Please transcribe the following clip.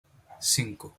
cinco